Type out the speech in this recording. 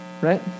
right